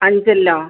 അഞ്ചലോ